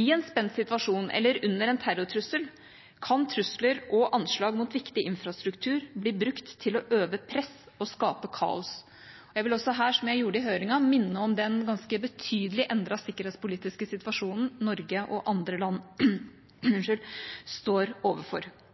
I en spent situasjon eller under en terrortrussel kan trusler og anslag mot viktig infrastruktur bli brukt til å øve press og skape kaos. Jeg vil også her, som jeg gjorde i høringen, minne om den ganske betydelig endrede sikkerhetspolitiske situasjonen Norge og andre land